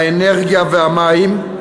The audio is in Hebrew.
האנרגיה והמים,